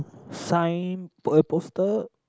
sign a poster